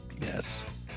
Yes